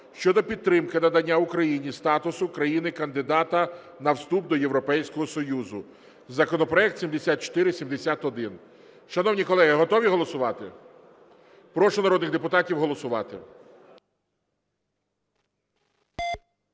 щодо підтримки надання Україні статусу країни-кандидата на вступ до Європейського Союзу (законопроект 7471). Шановні колеги, готові голосувати? Прошу народних депутатів голосувати.